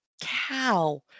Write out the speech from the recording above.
cow